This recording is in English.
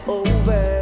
over